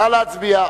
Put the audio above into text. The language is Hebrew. נא להצביע.